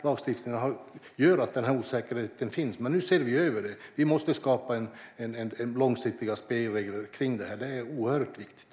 Lagstiftningen gör att den här osäkerheten finns, men nu ser vi över den. Vi måste skapa långsiktiga spelregler kring detta. Det är oerhört viktigt.